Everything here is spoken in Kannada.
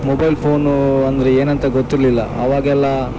ಮೊಬೈಲ್ ಫೋನೂ ಅಂದರೆ ಏನಂತ ಗೊತ್ತಿರಲಿಲ್ಲ ಅವಾಗೆಲ್ಲ